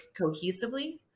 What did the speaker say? cohesively